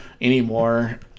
anymore